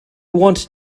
want